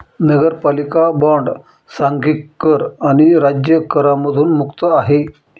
नगरपालिका बॉण्ड सांघिक कर आणि राज्य करांमधून मुक्त आहे